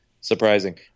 surprising